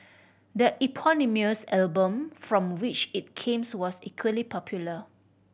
the eponymous album from which it came was equally popular